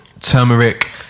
turmeric